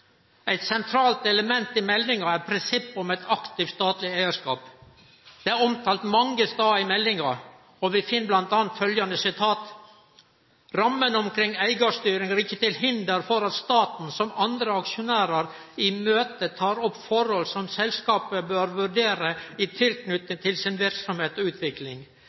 Eit sentralt element i meldinga er prinsippet om ein aktiv statleg eigarskap. Det er omtalt mange stader i meldinga. Vi finn bl.a. følgjande: «Rammene omkring eierstyring er ikke til hinder for at staten, som andre aksjonærer, i møter tar opp forhold som selskapene bør vurdere i tilknytning til sin virksomhet og utvikling.